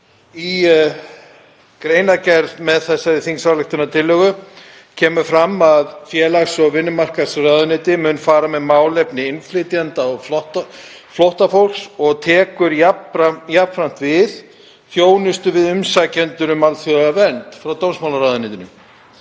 í greinargerð með þessari þingsályktunartillögu kemur fram að félagsmála- og vinnumarkaðsráðuneyti mun fara með málefni innflytjenda og flóttafólks og tekur jafnframt við þjónustu við umsækjendur um alþjóðlega vernd frá dómsmálaráðuneytinu.